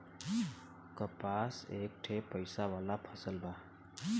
कपास एक ठे पइसा वाला फसल बा